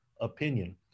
opinion